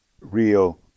real